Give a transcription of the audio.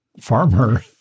Farmer